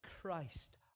Christ